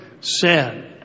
sin